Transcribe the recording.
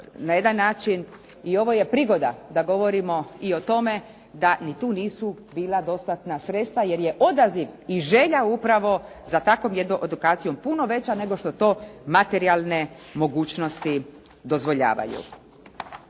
na jedan način i ovo je prigoda da govorimo i o tome da ni tu nisu bila dostatna sredstva, jer je odaziv i želja upravo za takvom jednom edukacijom puno veća nego što to materijalne mogućnosti dozvoljavaju.